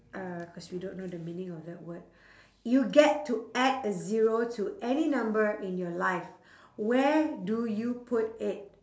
uh cause we don't know the meaning of that word you get to add a zero to any number in your life where do you put it